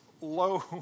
low